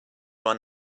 run